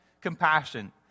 compassion